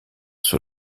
sur